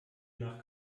nach